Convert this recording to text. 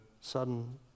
sudden